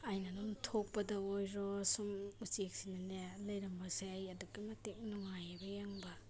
ꯑꯩꯅ ꯑꯗꯨꯝ ꯊꯣꯛꯄꯗ ꯑꯣꯏꯔꯣ ꯁꯨꯝ ꯎꯆꯦꯛꯁꯤꯅꯅꯦ ꯂꯩꯔꯝꯕꯁꯦ ꯑꯩ ꯑꯗꯨꯛꯀꯤ ꯃꯇꯤꯛ ꯅꯨꯡꯉꯥꯏꯑꯕ ꯌꯦꯡꯕ